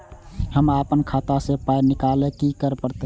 हम आपन खाता स पाय निकालब की करे परतै?